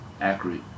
accurate